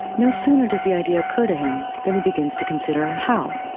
no sooner does the idea occur to him. then he begins to consider how